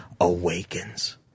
awakens